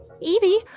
Evie